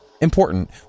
important